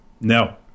No